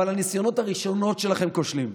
אבל הניסיונות הראשונים שלהם כושלים.